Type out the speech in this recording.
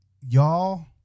y'all